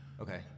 Okay